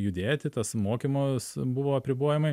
judėti tas mokymo buvo apribojimai